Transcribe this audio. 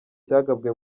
cyagabwe